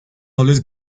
always